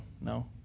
no